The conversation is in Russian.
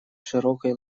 широкой